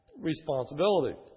responsibility